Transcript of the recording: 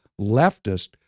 leftist